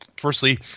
firstly